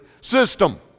system